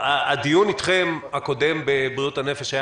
הדיון הקודם אתכם על נושא בריאות הנפש היה